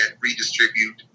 redistribute